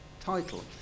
title